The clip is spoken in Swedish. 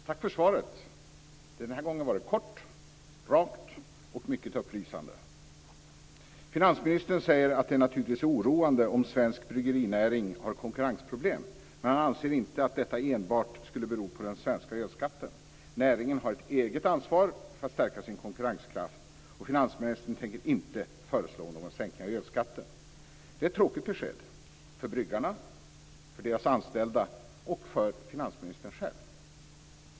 Fru talman! Tack för svaret! Den här gången var det kort, rakt och mycket upplysande. Finansministern säger att det naturligtvis är oroande om svensk bryggerinäring har konkurrensproblem, men han anser inte att detta enbart skulle bero på den svenska ölskatten. Näringen har ett eget ansvar för att stärka sin konkurrenskraft, och finansministern tänker inte föreslå någon sänkning av ölskatten. Det är ett tråkigt besked för bryggarna, för deras anställda och för finansministern själv.